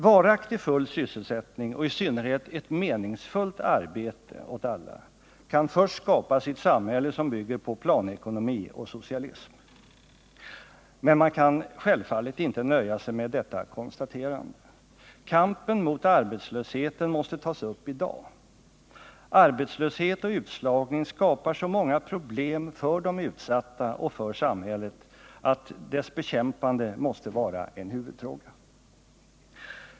Varaktig full sysselsättning och i synnerhet ett meningsfullt arbete åt alla kan först skapas i ett samhälle som bygger på planekonomi och socialism. Men man kan självfallet inte nöja sig med detta konstaterande. Kampen mot arbetslösheten måste tas upp i dag. Arbetslöshet och utslagning skapar så många problem för de utsatta och för samhället att deras bekämpande måste vara en huvudfråga.